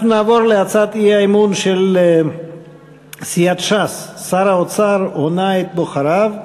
אנחנו נעבור להצעת האי-אמון של סיעת ש"ס: שר האוצר הונה את בוחריו,